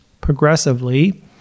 progressively